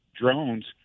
drones